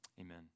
amen